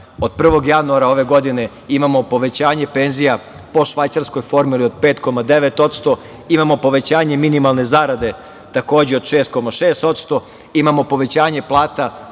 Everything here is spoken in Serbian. od 1. januara ove godine imamo povećanje penzija po švajcarskoj formi od 5,9%, imamo povećanje minimalne zarade, takođe od 6,6%, imamo povećanje plata